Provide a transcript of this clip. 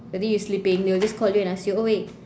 maybe you're sleeping they will just ask you oh wait